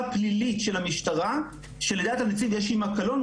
פלילית של המשטרה שלדעת הנציב יש עימה קלון",